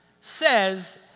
says